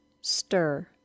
stir